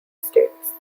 states